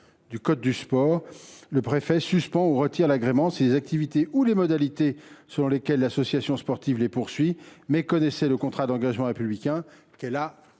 du code du sport, le préfet « suspend ou retire l’agrément si les activités ou les modalités selon lesquelles l’association sportive les poursuit méconnaissent le contrat d’engagement républicain qu’elle a